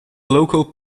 local